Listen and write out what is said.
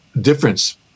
difference